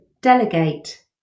delegate